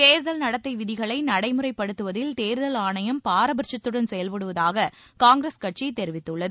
தேர்தல் நடத்தை விதிகளை நடைமுறைப்படுத்துவதில் தேர்தல் ஆணையம் பாரபட்சத்துடன் செயல்படுவதாக காங்கிரஸ் கட்சி தெரிவித்துள்ளது